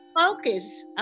focus